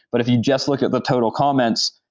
but if you just look at the total comments,